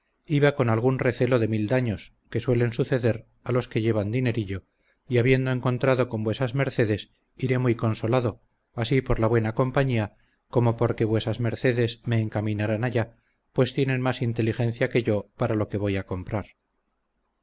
iba con algún recelo de mil daños que suelen suceder a los que llevan dinerillo y habiendo encontrado con vuesas mercedes iré muy consolado así por la buena compañía como porque vuesas mercedes me encaminarán allá pues tienen más inteligencia que yo para lo que voy a comprar